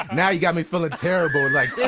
now you got me feeling terrible, like, yeah